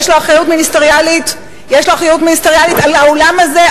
יש לו אחריות מיניסטריאלית על האולם הזה,